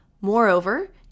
Moreover